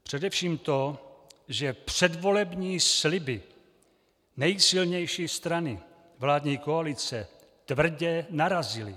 Především to, že předvolební sliby nejsilnější strany vládní koalice tvrdě narazily.